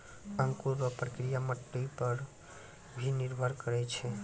अंकुर रो प्रक्रिया मट्टी पर भी निर्भर करै छै